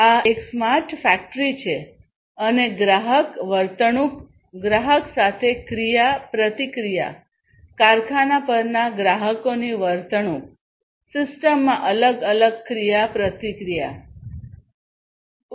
આ એક smart factory છે અને ગ્રાહક વર્તણૂક ગ્રાહક સાથે ક્રિયા પ્રતિક્રિયા કારખાના પરના ગ્રાહકોની વર્તણૂક સિસ્ટમમાં અલગ અલગ ક્રિયા પ્રતિક્રિયા છે